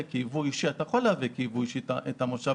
כייבוא אישי אתה יכול לייבא כייבוא אישי את המושב